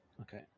Okay